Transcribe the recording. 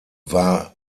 war